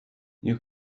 you